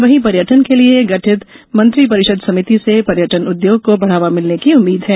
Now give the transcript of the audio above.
वहीं पर्यटन के लिये गठित मंत्रिपरिषद समिति से पर्यटन उद्योग को बढ़ावा मिलने की उम्मीद है